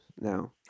now